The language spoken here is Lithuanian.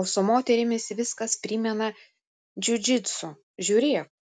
o su moterimis viskas primena džiudžitsu žiūrėk